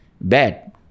bad